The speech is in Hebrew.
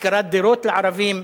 השכרת דירות לערבים.